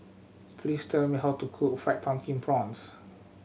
please tell me how to cook Fried Pumpkin Prawns